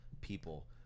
people